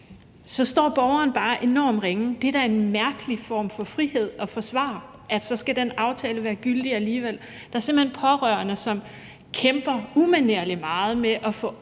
står borgeren bare enormt ringe. Det er da en mærkelig form for frihed at forsvare, altså at så skal den aftale være gyldig alligevel. Der er simpelt hen pårørende, som kæmper umanerlig meget med at få opløst de